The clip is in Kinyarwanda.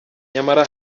nyamara